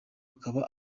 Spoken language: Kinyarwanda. akaba